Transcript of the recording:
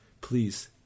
please